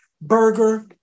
burger